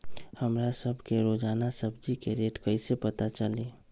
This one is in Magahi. हमरा सब के रोजान सब्जी के रेट कईसे पता चली?